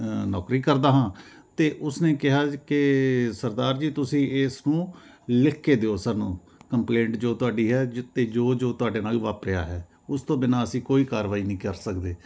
ਨੌਕਰੀ ਕਰਦਾ ਹਾਂ ਅਤੇ ਉਸ ਨੇ ਕਿਹਾ ਕਿ ਸਰਦਾਰ ਜੀ ਤੁਸੀਂ ਇਸ ਨੂੰ ਲਿਖ ਕੇ ਦਿਓ ਸਾਨੂੰ ਕੰਪਲੇਂਟ ਜੋ ਤੁਹਾਡੀ ਹੈ ਅਤੇ ਜੋ ਜੋ ਤੁਹਾਡੇ ਨਾਲ ਵਾਪਰਿਆ ਹੈ ਉਸ ਤੋਂ ਬਿਨਾਂ ਅਸੀਂ ਕੋਈ ਕਾਰਵਾਈ ਨਹੀਂ ਕਰ ਸਕਦੇ